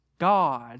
God